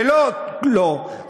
ולא לא,